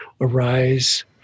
arise